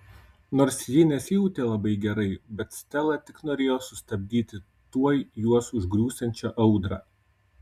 nors ji nesijautė labai gerai bet stela tik norėjo sustabdyti tuoj juos užgriūsiančią audrą